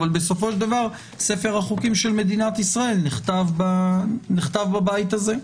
אבל בסופו של דבר ספר החוקים של מדינת ישראל נכתב בבית הזה.